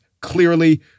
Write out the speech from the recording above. Clearly